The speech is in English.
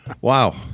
wow